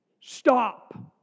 Stop